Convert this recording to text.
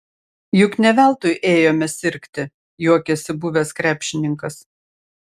juk ne veltui ėjome sirgti juokėsi buvęs krepšininkas